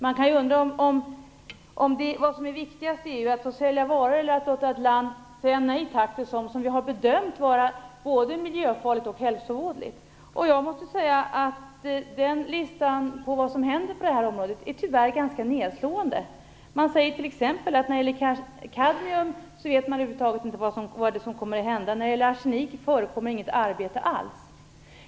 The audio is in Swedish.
Man kan undra vad som är viktigast i EU - att sälja varor eller att låta ett land säga nej tack till sådant som landet har bedömt vara både miljöfarligt och hälsovådligt. Jag måste säga att listan över vad som händer på det här området tyvärr är ganska nedslående. Man säger t.ex. att beträffande kadmium vet man över huvud taget inte vad som kommer att hända, och beträffande arsenik förekommer inget arbete alls.